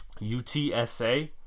UTSA